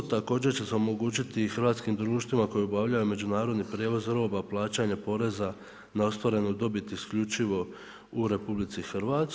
Također će se omogućiti i hrvatskim društvima koji obavljaju međunarodni prijevoz roba, plaćanje poreza na ostvarenu dobit isključivo u RH.